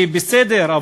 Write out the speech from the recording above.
שהיא בסדר,